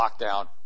lockdown